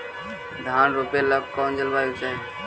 धान रोप ला कौन जलवायु चाही?